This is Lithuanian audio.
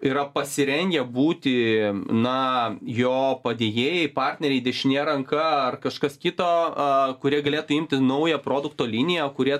yra pasirengę būti na jo padėjėjai partneriai dešinė ranka ar kažkas kito a kurie galėtų imti naują produkto liniją kurie